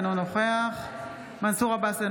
אינו נוכח מנסור עבאס,